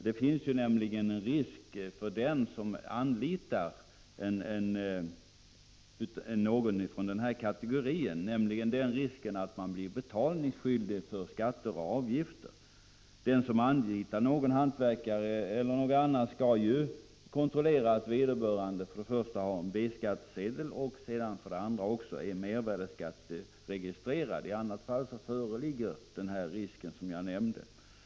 Det finns nämligen en risk för att den som anlitar någon från denna kategori blir betalningsskyldig för skatter och avgifter. Den som anlitar en hantverkare eller någon annan skall ju kontrollera att vederbörande för det första har en B-skattsedel och för det andra att han är mervärdeskattregistrerad. I annat fall föreligger den risk som jag nämnde.